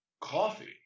coffee